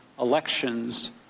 elections